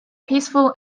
peaceful